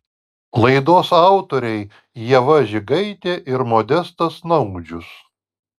laidos autoriai ieva žigaitė ir modestas naudžius